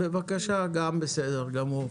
בבקשה, גם בסדר גמור.